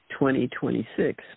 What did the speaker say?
2026